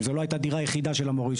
אם זו לא הייתה דירה יחידה של המורישים.